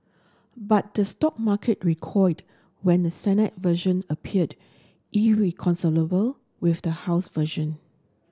but the stock market recoiled when the Senate version appeared irreconcilable with the house version